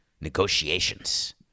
Negotiations